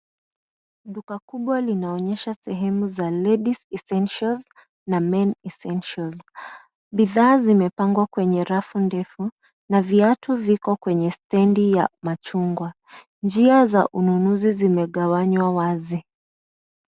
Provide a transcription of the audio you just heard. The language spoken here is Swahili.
Duka kubwa linaonyesha sehemu za ladies' essentials na men's essentials . Bidhaa zimepangwa kwenye rafu ndefu na viatu viko kwenye stendi ya machungwa. Njia za ununuzi zimegawanywa wazi.